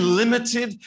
limited